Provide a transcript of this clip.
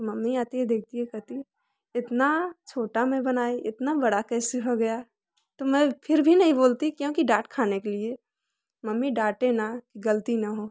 तो मम्मी आती है देखती है कहती है इतना छोटा मैं बनाई इतना बड़ा कैसे हो गया तो मैं फिर भी नहीं बोलती क्योंकि डांट खाने के लिए मम्मी डांटें ना गलती ना हो